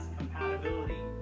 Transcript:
compatibility